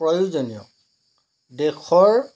প্ৰয়োজনীয় দেশৰ